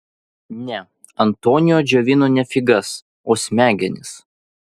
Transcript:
ne antonio džiovino ne figas o smegenis